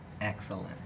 Excellent